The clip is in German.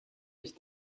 ich